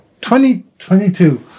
2022